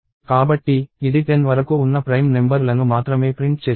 కాబట్టి ఇది 10 వరకు ఉన్న ప్రైమ్ నెంబర్ లను మాత్రమే ప్రింట్ చేస్తోంది